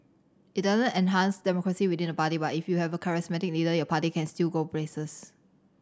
it doesn't enhance democracy within the party but if you have a charismatic leader your party can still go places